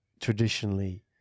traditionally